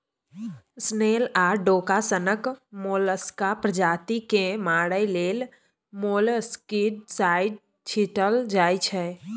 snail आ डोका सनक मोलस्का प्रजाति केँ मारय लेल मोलस्कीसाइड छीटल जाइ छै